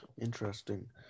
Interesting